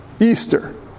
Easter